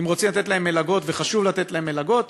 אם רוצים לתת להם מלגות וחשוב לתת להם מלגות,